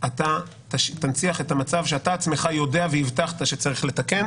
אתה תנציח את המצב שאתה עצמך יודע והבטחת שצריך לתקן.